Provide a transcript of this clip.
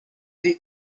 the